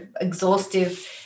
exhaustive